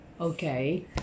Okay